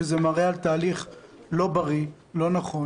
וזה מראה על תהליך לא בריא ולא נכון.